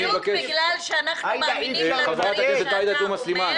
בדיוק בגלל שאנחנו מאמינים לדברים שאתה אומר אנחנו לא מבינים.